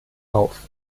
auf